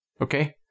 Okay